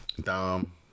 Dom